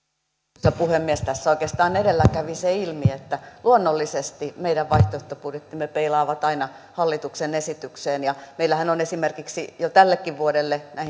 arvoisa puhemies tässä oikeastaan edellä kävi se ilmi että luonnollisesti meidän vaihtoehtobudjettimme peilaavat aina hallituksen esitykseen meillähän on esimerkiksi jo tällekin vuodelle